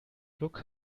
look